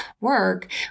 work